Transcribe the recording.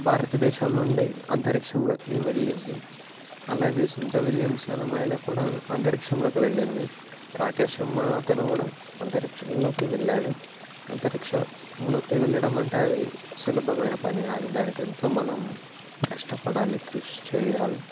భారతదేశం నుండి అంతరిక్షంలోకి వెళ్ళింది అలాగే సునీత విలియమ్స్ అనే మహిళ కూడా అంతరిక్షంలోకి వెళ్ళింది రాకేష్ శర్మ అతను కూడా అంతరిక్షంలోకి వెళ్ళాడు అంతరిక్షంలోకి వెళ్ళడం అంటే అది సులభమైన పని కాదు దానికి ఎంతో మనం కష్టపడాలి కృషి చేయాలి